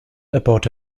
erbaute